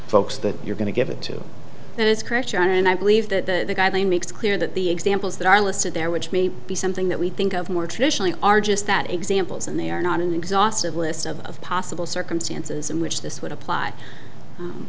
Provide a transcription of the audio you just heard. folks that you're going to give it to the scripture and i believe that the guideline makes clear that the examples that are listed there which may be something that we think of more traditionally are just that examples and they are not an exhaustive list of possible circumstances in which this would apply